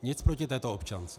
Nic proti této občance.